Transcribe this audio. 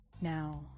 Now